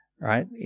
right